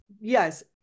Yes